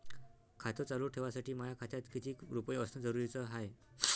खातं चालू ठेवासाठी माया खात्यात कितीक रुपये असनं जरुरीच हाय?